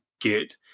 good